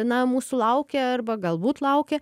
na mūsų laukia arba galbūt laukia